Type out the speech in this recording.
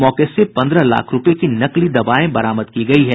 मौके से पन्द्रह लाख रूपये की नकली दवाएं बरामद की गयी है